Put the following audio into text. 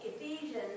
Ephesians